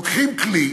לוקחים כלי